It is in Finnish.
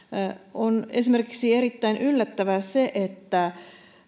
on esimerkiksi erittäin yllättävää että